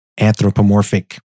anthropomorphic